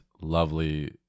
lovely